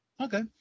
Okay